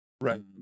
Right